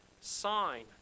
sign